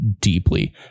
deeply